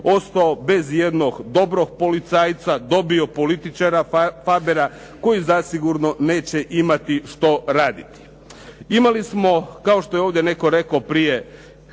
ostao bez jednog dobrog policajca, dobio političara Fabera koji zasigurno neće imati što raditi. Imali smo, kao što je ovdje netko rekao prije,